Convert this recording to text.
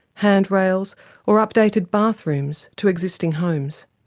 handrails or updated bathrooms to existing homes.